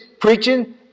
preaching